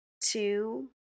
two